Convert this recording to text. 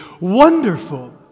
wonderful